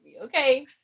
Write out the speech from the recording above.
okay